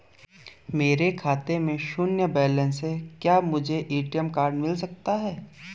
मेरे खाते में शून्य बैलेंस है क्या मुझे ए.टी.एम कार्ड मिल सकता है?